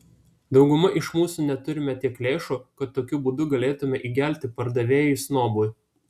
dauguma iš mūsų neturime tiek lėšų kad tokiu būdu galėtumėme įgelti pardavėjui snobui